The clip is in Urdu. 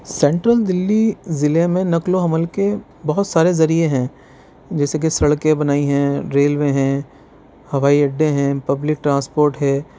سینٹرل دلّی ضلع میں نقل و حمل کے بہت سارے ذریعے ہیں جیسے کی سڑکیں بنائی ہیں ریلوے ہیں ہوائی اڈے ہیں پبلک ٹرانسپورٹ ہے